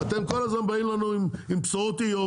ואתם כל הזמן באים לנו עם בשורות איוב,